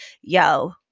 yo